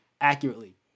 accurately